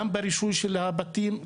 גם ברישוי של הבתים,